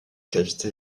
cavités